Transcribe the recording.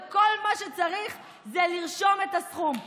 וכל מה שצריך זה לרשום את הסכום,